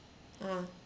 ah